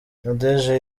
nadege